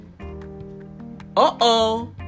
Uh-oh